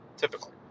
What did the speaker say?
typically